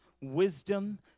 wisdom